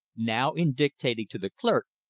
now, in dictating to the clerk,